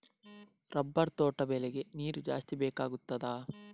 Rubber ತೋಟ ಬೆಳೆಗೆ ನೀರು ಜಾಸ್ತಿ ಬೇಕಾಗುತ್ತದಾ?